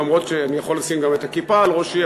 אומנם אני יכול לשים גם את הכיפה על ראשי,